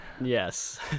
Yes